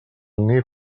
nif